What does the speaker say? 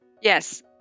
Yes